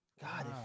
God